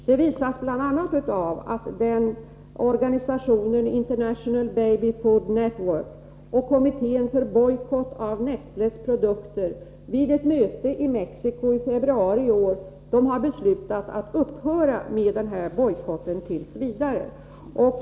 Det framkommer bl.a. av att organisationen International Baby Food Network och kommittén för bojkott av Nestlés produkter vid ett möte i Mexico i februari i år har beslutat att upphöra med bojkotten t. v.